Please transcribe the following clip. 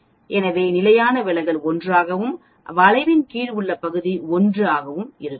எனவே நிலையான விலகல் 1 ஆகவும் வளைவின் கீழ் உள்ள பகுதி 1 சரியாகவும் இருக்கும்